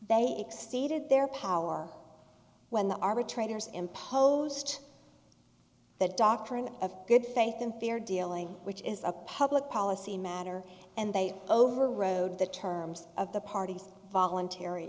they exceeded their power when the arbitrators imposed the doctrine of good faith and fair dealing which is a public policy matter and they overrode the terms of the party's voluntary